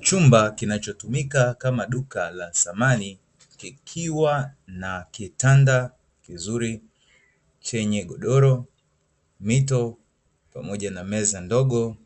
Chumba kinachotumia kama duka la dhamani kikiwa na kitanda kizuri chenye godoro mito kimepangwa